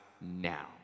now